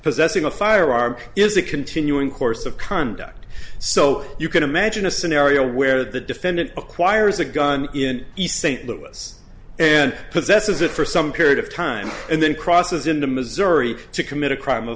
possessing a firearm is a continuing course of conduct so you can imagine a scenario where the defendant acquires a gun in east st louis and possesses it for some period of time and then crosses into missouri to commit a crime of